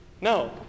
No